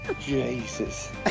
Jesus